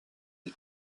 les